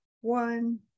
one